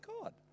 God